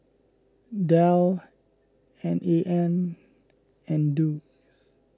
Dell N A N and Doux